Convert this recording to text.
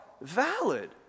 valid